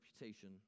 reputation